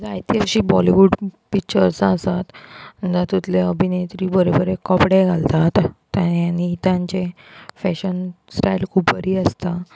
जायतीं अशीं बॉलिवूड पिक्चर्स आसात जातूंतले अभिनेत्री बरे बरे कपडे घालतात ते आनी तेंचें फॅशन स्टायल खूब बरी आसता